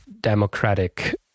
democratic